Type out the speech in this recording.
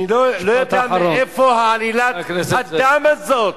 אני לא יודע מאיפה עלילת הדם הזאת.